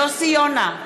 יוסי יונה,